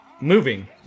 moving